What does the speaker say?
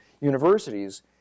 universities